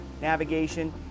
navigation